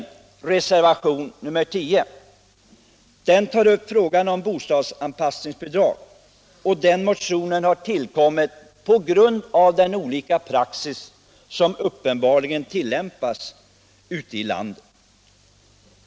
Reservationen 10, slutligen, tar upp frågan om bostadsanpassningsbidrag. Motionen har tillkommit på grund av den olika praxis som uppenbarligen tillämpas ute i landet.